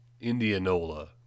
Indianola